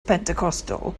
pentecostal